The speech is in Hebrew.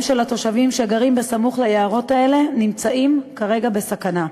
של התושבים שחיים בסמוך ליערות האלה הם כרגע בסכנה.